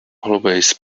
always